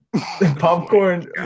Popcorn